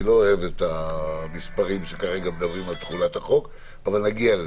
אני לא אוהב את המספרים הנוכחיים שמדברים על תחולת החוק אבל נגיע לזה.